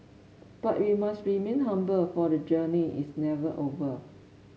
but we must remain humble for the journey is never over